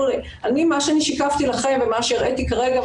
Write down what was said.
מה ששיקפתי לכם ומה שהראיתי כרגע,